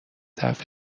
طرف